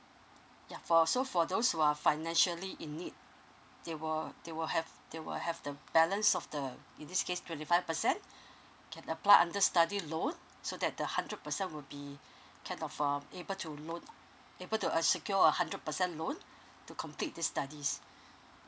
ya for so for those who are financially in need they will they will have they will have the balance of the in this case twenty five percent can apply understudy loan so that the hundred percent will be kind of um able to loan able to uh secure a hundred percent loan to complete the studies